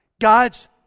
God's